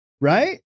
right